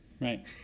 Right